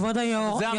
כבוד היו"ר,